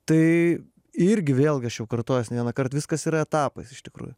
tai irgi vėlgi aš jau kartojuos ne vienąkart viskas yra etapais iš tikrųjų